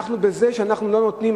בזה שאנחנו לא נותנים,